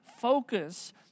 focus